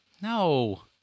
No